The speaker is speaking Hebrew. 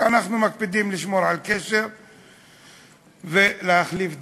אנחנו מקפידים לשמור על קשר ולהחליף דעות.